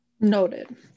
Noted